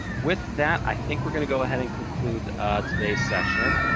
with that, i think we're going to go ahead and conclude today's session.